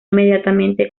inmediatamente